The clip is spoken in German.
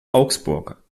augsburg